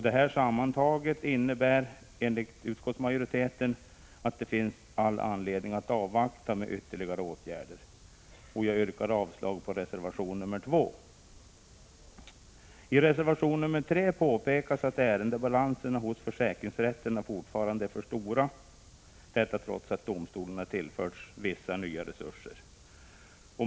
Detta sammantaget innebär enligt utskottsmajoriteten att det finns all anledning att avvakta med ytterligare åtgärder. Jag yrkar avslag på reservation 2. I reservation 3 påpekas att ärendebalanserna hos försäkringsrätterna fortfarande är för stora, detta trots att domstolarna tillförts vissa nya resurser.